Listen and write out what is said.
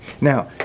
Now